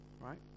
Right